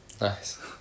Nice